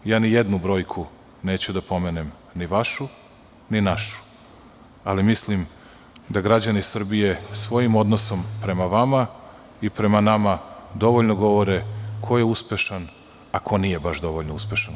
Ni jednu brojku neću da pomenem, ni vašu ni našu, ali mislim da građani Srbije svojim odnosom prema vama i prema nama dovoljno govore ko je uspešan, a ko nije baš dovoljno uspešan.